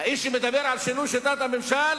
האיש שמדבר על שינוי שיטת הממשל